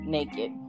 Naked